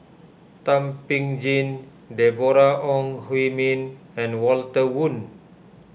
Thum Ping Tjin Deborah Ong Hui Min and Walter Woon